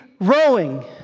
rowing